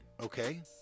okay